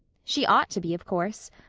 she ought to be, of course.